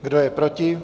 Kdo je proti?